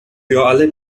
alle